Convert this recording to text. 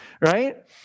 right